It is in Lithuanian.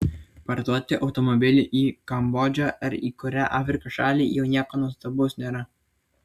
parduoti automobilį į kambodžą ar į kurią afrikos šalį jau nieko nuostabaus nėra